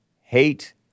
hate